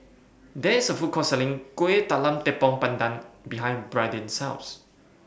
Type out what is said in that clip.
There IS A Food Court Selling Kuih Talam Tepong Pandan behind Brandin's House